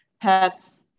pets